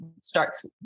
starts